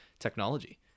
technology